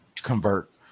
Convert